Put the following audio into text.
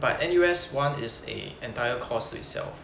but N_U_S one is a entire course itself